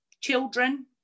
children